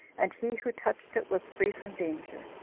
and he who touched it was free from danger.